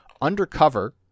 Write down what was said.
undercover